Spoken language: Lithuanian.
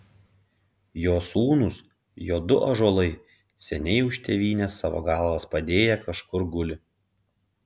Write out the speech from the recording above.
jo sūnūs jo du ąžuolai seniai už tėvynę savo galvas padėję kažkur guli